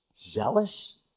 Zealous